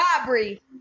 robbery